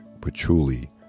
patchouli